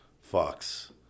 Fox